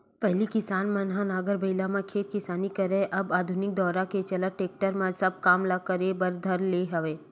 पहिली किसान मन ह नांगर बइला म खेत किसानी करय अब आधुनिक दौरा के चलत टेक्टरे म सब काम ल करे बर धर ले हवय